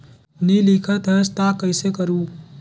नी लिखत हस ता कइसे करू?